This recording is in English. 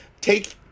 take